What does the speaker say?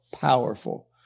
powerful